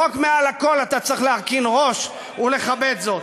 וכשחוק מעל הכול, אתה צריך להרכין ראש ולכבד זאת.